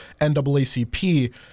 NAACP